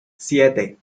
siete